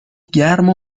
گرم